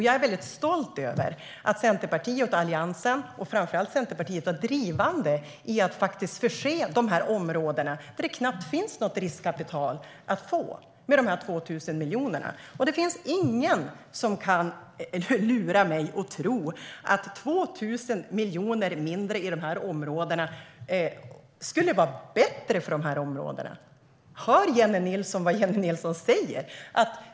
Jag är väldigt stolt att Alliansen och framför allt Centerpartiet var drivande i att förse dessa områden där det knappt finns något riskkapital att få med de 2 000 miljonerna. Det finns ingen som kan lura mig att tro att 2 000 miljoner mindre i dessa områden skulle vara bättre för områdena. Hör Jennie Nilsson vad Jennie Nilsson säger?